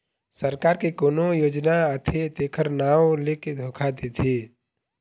सरकार के कोनो योजना आथे तेखर नांव लेके धोखा देथे